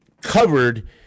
covered